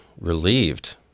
relieved